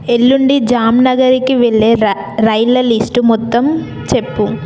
ఎల్లుండి జాంనగర్కి వెళ్ళే రై రైళ్ళ లిస్టు మొత్తం చెప్పు